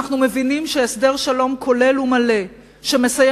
אנחנו מבינים שהסדר שלום כולל ומלא שמסיים